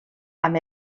amb